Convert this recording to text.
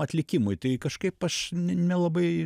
atlikimui tai kažkaip aš ne nelabai